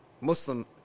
Muslim